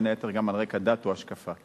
בין היתר על רקע דת או השקפה.